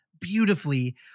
Beautifully